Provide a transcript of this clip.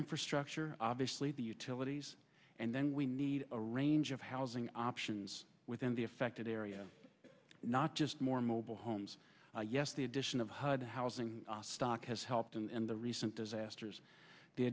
infrastructure obviously the utilities and then we need a range of housing options within the affected area not just more mobile homes yes the addition of hud housing stock has helped and the recent disasters the